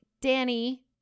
Danny